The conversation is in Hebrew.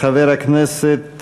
חבר הכנסת